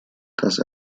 dass